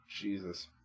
Jesus